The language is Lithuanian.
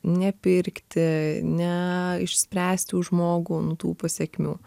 nepirkti neišspręsti už žmogų nu tų pasekmių